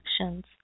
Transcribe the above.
actions